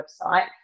website